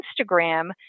Instagram